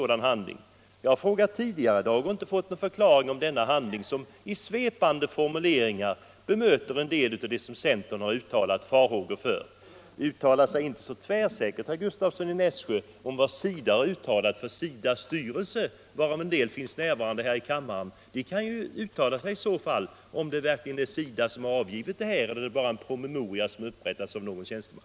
Jag har frågat detta tidigare i dag men inte fått någon förklaring om denna handling, som i svepande formuleringar bemöter en del av det som centern har uttalat farhågor för. Uttala er inte så tvärsäkert, herr Gustavsson i Nässjö, om vad SIDA har anfört! SIDA:s styrelse, varav en del finns närvarande i kammaren, kan i så fall tala om ifall det verkligen är SIDA som har avgivit promemorian eller om den bara har upprättats av någon tjänsteman.